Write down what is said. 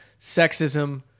sexism